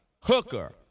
hooker